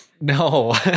no